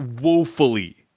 woefully